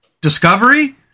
Discovery